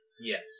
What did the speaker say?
Yes